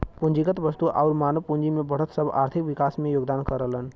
पूंजीगत वस्तु आउर मानव पूंजी में बढ़त सब आर्थिक विकास में योगदान करलन